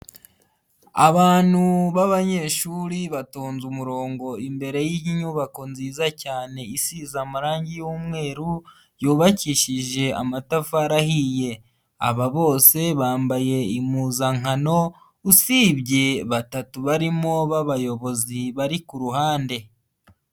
Abantu b'abanyeshuri batonze umurongo imbere y'inyubako nziza cyane isize amarangi y'umweru, yubakishije amatafari ahiye, aba bose bambaye impuzankano usibye batatu barimo b'abayobozi bari ku ruhande.